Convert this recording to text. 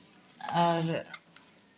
और